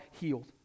healed